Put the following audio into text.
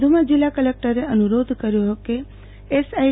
વધુ માં જિલ્લા કલેક્ટરે અનુ રોધ કર્યો હતો કે એસઆઈ